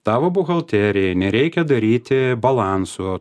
tavo buhalterijai nereikia daryti balansų